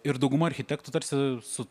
ir dauguma architektų tarsi su